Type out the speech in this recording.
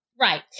Right